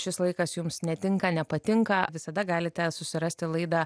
šis laikas jums netinka nepatinka visada galite susirasti laidą